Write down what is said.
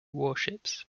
warships